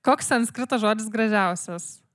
koks sanskrito žodis gražiausias